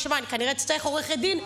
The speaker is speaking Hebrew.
אני כנראה אצטרך עורכת דין.